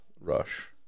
rush